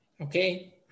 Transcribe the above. Okay